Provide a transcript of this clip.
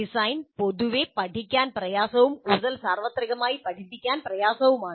design പൊതുവെ പഠിക്കാൻ പ്രയാസവും കൂടുതൽ സാർവത്രികമായി പഠിപ്പിക്കാൻ പ്രയാസവുമാണ്